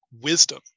wisdom